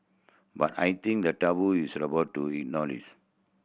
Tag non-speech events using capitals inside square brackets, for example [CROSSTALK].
but I think that taboo is [UNINTELLIGIBLE] about to [UNINTELLIGIBLE]